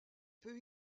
peut